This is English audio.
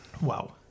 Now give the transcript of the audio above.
Wow